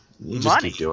Money